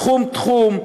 תחום-תחום,